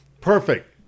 Perfect